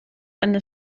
eine